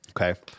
okay